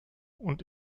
und